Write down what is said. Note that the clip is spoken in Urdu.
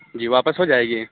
جی واپس ہو جائے گی